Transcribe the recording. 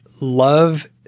love